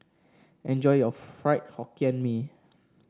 enjoy your Fried Hokkien Mee